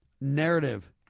narrative